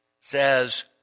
says